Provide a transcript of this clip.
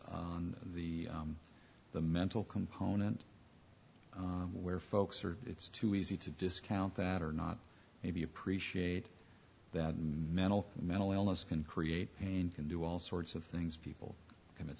on the the mental component where folks are it's too easy to discount that or not maybe appreciate that mental mental illness can create and do all sorts of things people commit